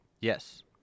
Yes